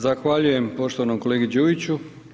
Zahvaljujem poštovanom kolegi Đujiću.